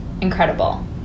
incredible